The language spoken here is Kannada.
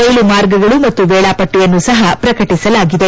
ರೈಲು ಮಾರ್ಗಗಳು ಮತ್ತು ವೇಳಾಪಟ್ಟಿಯನ್ನು ಸಹ ಪ್ರಕಟಿಸಲಾಗಿದೆ